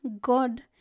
God